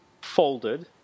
folded